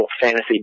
fantasy